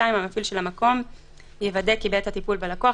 המפעיל של המקום יוודא כי בעת הטיפול בלקוח,